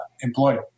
employed